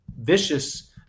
vicious